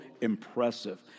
impressive